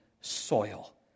soil